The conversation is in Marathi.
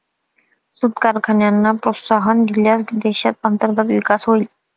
सूत कारखान्यांना प्रोत्साहन दिल्यास देशात अंतर्गत विकास होईल